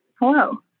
hello